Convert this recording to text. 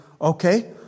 okay